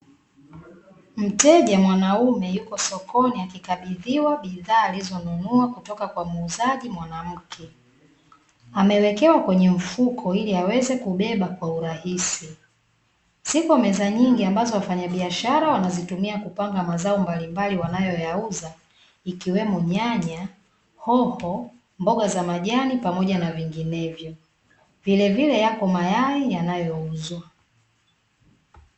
Mteja mwanaume yuko sokoni, akikabidhiwa bidhaa alizonunua kutoka kwa muuzaji mwanamke. Amewekewa kwenye mfuko ili aweze kubeba kwa urahisi. Ziko meza nyingi ambazo wafanyabiashara wanazitumia kupanga mazao mbalimbali wanayoyauza, ikiwemo: nyanya, hoho, mboga za majani pamoja na vinginevyo. Vilevile yapo mayai yanayouzwa.